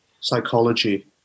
psychology